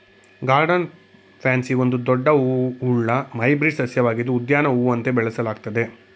garden pansy ಒಂದು ದೊಡ್ಡ ಹೂವುಳ್ಳ ಹೈಬ್ರಿಡ್ ಸಸ್ಯವಾಗಿದ್ದು ಉದ್ಯಾನ ಹೂವಂತೆ ಬೆಳೆಸಲಾಗ್ತದೆ